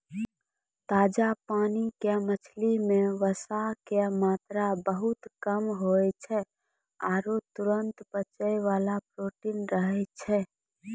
ताजा पानी के मछली मॅ वसा के मात्रा बहुत कम होय छै आरो तुरत पचै वाला प्रोटीन रहै छै